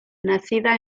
nacida